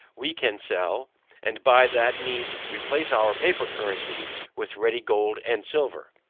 we can sell and by that means replace our paper currency with ready gold and silver.